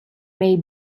may